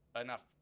enough –